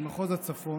במחוז הצפון,